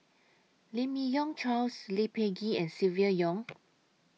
Lim Yi Yong Charles Lee Peh Gee and Silvia Yong